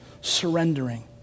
surrendering